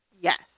Yes